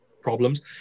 problems